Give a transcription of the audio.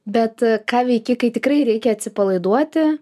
bet ką veiki kai tikrai reikia atsipalaiduoti